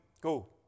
go